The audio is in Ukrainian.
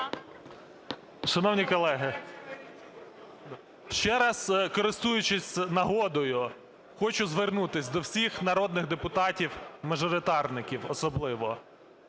Шановні колеги, ще раз, користуючись нагодою, хочу звернутися до всіх народних депутатів, мажоритарників особливо.